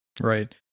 Right